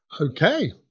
Okay